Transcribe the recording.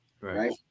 Right